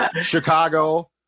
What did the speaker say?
chicago